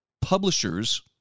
publishers